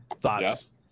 thoughts